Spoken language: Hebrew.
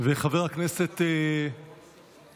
וחבר הכנסת המציג,